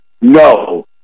no